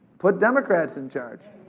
put democrats in charge.